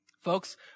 Folks